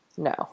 No